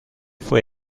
fue